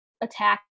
attack